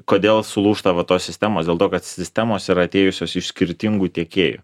kodėl sulūžta va tos sistemos dėl to kad sistemos yra atėjusios iš skirtingų tiekėjų